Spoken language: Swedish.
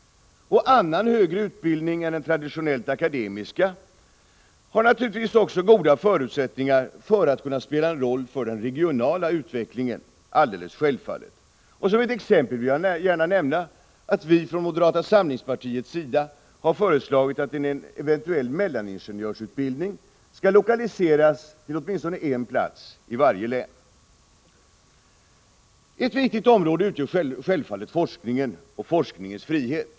Annan högre utbildning än den traditionellt akademiska har alldeles självfallet också goda förutsättningar att kunna spela en roll för den regionala utvecklingen. Som ett exempel vill jag gärna nämna att vi från moderata samlingspartiets sida har föreslagit att en eventuell mellaningenjörsutbildning skall lokaliseras till åtminstone en plats i varje län. Ett viktigt område utgör självfallet forskningen och forskningens frihet.